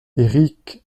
éric